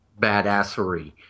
badassery